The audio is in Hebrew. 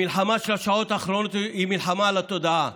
המלחמה של השעות האחרונות היא מלחמה על התודעה.